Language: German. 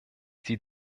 sie